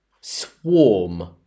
Swarm